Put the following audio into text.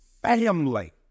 Family